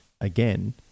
again